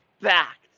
fact